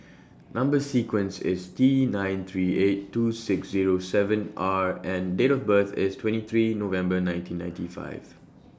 Number sequence IS T nine three eight two six Zero seven R and Date of birth IS twenty three November nineteen ninety five